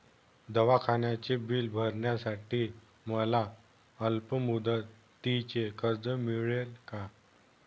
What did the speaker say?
दवाखान्याचे बिल भरण्यासाठी मला अल्पमुदतीचे कर्ज मिळेल का?